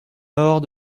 laure